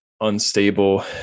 unstable